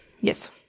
yes